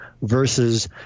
versus